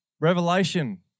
Revelation